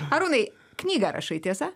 arūnai knygą rašai tiesa